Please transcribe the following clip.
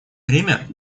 время